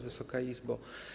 Wysoka Izbo!